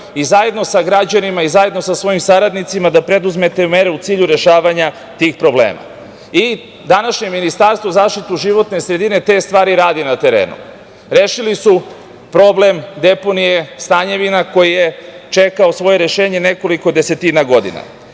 i zajedno sa građanima i zajedno sa svojim saradnicima da preduzmete mere u cilju rešavanja tih problema. Današnje Ministarstvo u zaštitu životne sredine te stvari radi na terenu. Rešili su problem deponije Stanjevina koje čeka svoje rešenje nekoliko desetina godina.